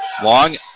Long